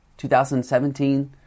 2017